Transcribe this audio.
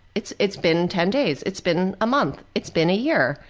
it's it's been ten days. it's been a month. it's been a year.